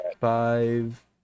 five